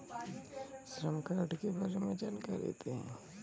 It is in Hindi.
श्रम कार्ड के बारे में जानकारी दें?